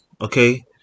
okay